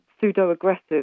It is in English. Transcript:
pseudo-aggressive